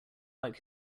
like